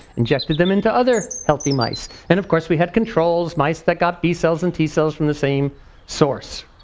injected them into other healthy mice. and of course we had controls, mice that got b cells and t cells from the same source.